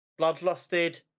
Bloodlusted